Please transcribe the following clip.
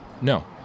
No